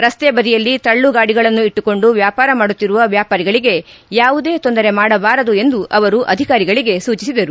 ರಸ್ತೆ ಬದಿಯಲ್ಲಿ ತಳ್ಳು ಗಾಡಿಗಳನ್ನಿಟ್ಟುಕೊಂಡು ವ್ಯಾಪಾರ ಮಾಡುತ್ತಿರುವ ವ್ಯಾಪಾರಿಗಳಿಗೆ ಯಾವುದೇ ತೊಂದರೆ ಮಾಡಬಾರದು ಎಂದು ಅಧಿಕಾರಿಗಳಿಗೆ ಸೂಚಿಸಿದರು